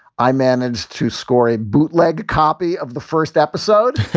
i managed to score a bootleg copy of the first episode.